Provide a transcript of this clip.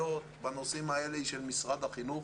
לגבי הטבות הנלוות למי שמקבל גמלת הבטחת הכנסה.